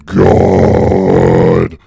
god